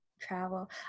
travel